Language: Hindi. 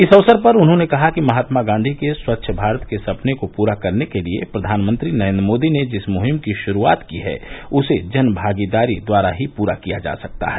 इस अवसर पर उन्होंने कहा कि महात्मा गांधी के स्वच्छ भारत के सपने को पूरा करने के लिए प्रधानमंत्री नरेंद्र मोदी ने जिस मुहिम की शुरूआत की है उसे जन भागीदारी द्वारा ही पूरा किया जा सकता है